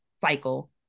cycle